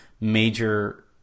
major